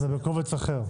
זה בקובץ אחר.